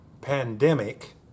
pandemic